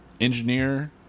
engineer